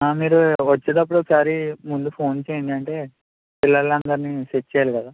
అంటే మీరు వచ్చేటప్పుడు ఒకసారి ముందు ఫోన్ చేయండి అంటే పిల్లలందరిని సెట్ చేయాలి కదా